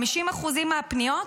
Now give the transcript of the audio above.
50% מהפניות,